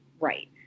right